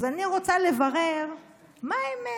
אז אני רוצה לברר מה האמת.